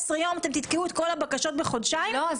יום אתם תתקעו את כל הבקשות בחודשיים --- לא,